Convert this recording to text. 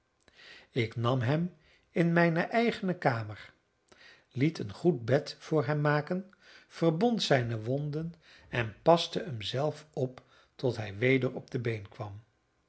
ik nam hem in mijne eigene kamer liet een goed bed voor hem maken verbond zijne wonden en paste hem zelf op tot hij weder op de been kwam